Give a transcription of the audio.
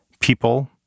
people